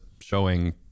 showing